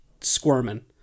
squirming